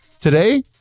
Today